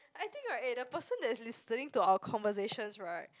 I think right eh the person that is listening to our conversations right